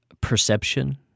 perception